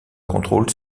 contrôle